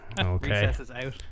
Okay